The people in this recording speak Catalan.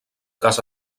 cas